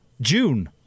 June